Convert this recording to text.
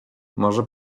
może